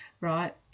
right